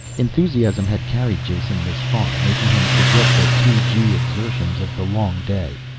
enthusiasm had carried jason this far, making him forget the two-gee exertions of the long day.